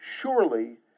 surely